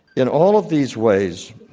in all of these ways,